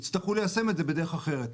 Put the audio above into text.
יצרכו ליישם את זה בדרך אחרת.